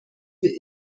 wir